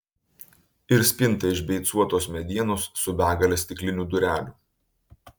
ir spinta iš beicuotos medienos su begale stiklinių durelių